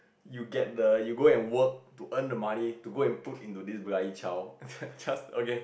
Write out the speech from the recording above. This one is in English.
you get the you go and work to earn the money to go and put into this bloody child just just okay